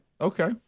Okay